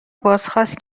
بازخواست